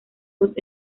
dos